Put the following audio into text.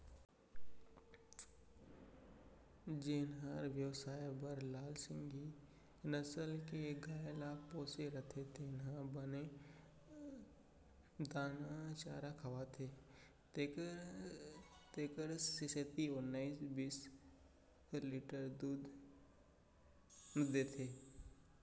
जेन हर बेवसाय बर लाल सिंघी नसल के गाय ल पोसे रथे तेन ह बने दाना चारा खवाथे तेकर सेती ओन्नाइस बीस लीटर दूद देथे